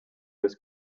this